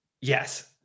Yes